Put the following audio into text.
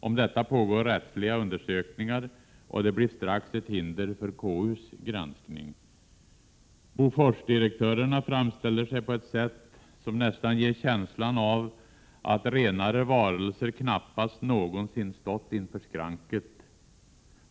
Om detta pågår rättsliga undersökningar, och det blir strax ett hinder för KU:s granskning. Boforsdirektörerna framställer sig på ett sätt som nästan ger känslan av att renare varelser knappast någonsin stått inför skranket.